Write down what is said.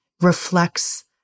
reflects